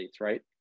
right